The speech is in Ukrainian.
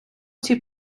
цій